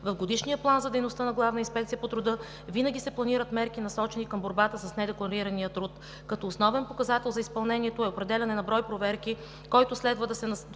В Годишния план за дейността на „Главна инспекция по труда“ винаги се планират мерки, насочени към борбата с недекларирания труд, като основен показател за изпълнението е определяне на брой проверки, които следва да бъдат